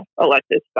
elected